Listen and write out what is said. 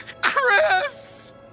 Chris